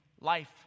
life